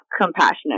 compassionate